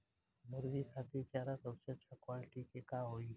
मुर्गी खातिर चारा सबसे अच्छा क्वालिटी के का होई?